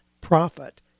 profit